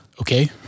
okay